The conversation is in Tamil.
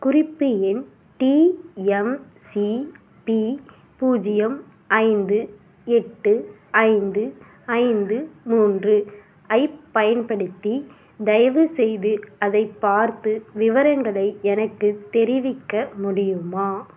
குறிப்பு எண் டிஎம்சிபி பூஜ்ஜியம் ஐந்து எட்டு ஐந்து ஐந்து மூன்று ஐப் பயன்படுத்தி தயவுசெய்து அதைப் பார்த்து விவரங்களை எனக்குத் தெரிவிக்க முடியுமா